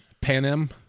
Panem